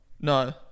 no